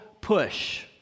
push